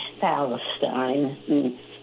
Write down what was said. Palestine